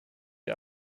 die